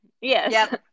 Yes